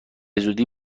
زودی